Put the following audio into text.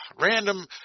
random